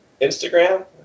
Instagram